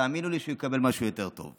תאמינו לי שהוא יקבל משהו יותר טוב.